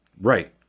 Right